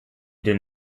did